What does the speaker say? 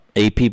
AP